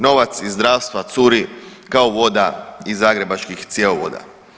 Novac iz zdravstva curi kao voda iz zagrebačkih cjevovoda.